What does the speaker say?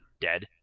dead